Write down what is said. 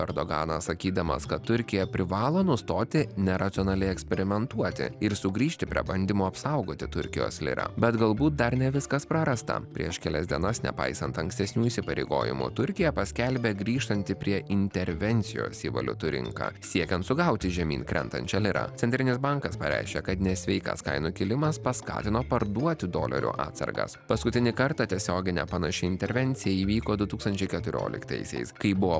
erdoganą sakydamas kad turkija privalo nustoti neracionaliai eksperimentuoti ir sugrįžti prie bandymų apsaugoti turkijos lirą bet galbūt dar ne viskas prarasta prieš kelias dienas nepaisant ankstesnių įsipareigojimų turkija paskelbė grįžtanti prie intervencijos į valiutų rinką siekiant sugauti žemyn krentančią lirą centrinis bankas pareiškė kad nesveikas kainų kilimas paskatino parduoti dolerių atsargas paskutinį kartą tiesioginė panaši intervencija įvyko du tūkstančiai keturioliktaisiais kai buvo